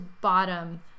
bottom